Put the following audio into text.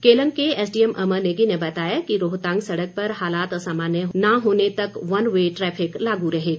केलंग के एसडीएम अमर नेगी ने बताया कि रोहतांग सड़क पर हालात सामान्य न होने तक वन वे ट्रैफिक लागू रहेगा